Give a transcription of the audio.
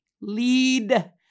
lead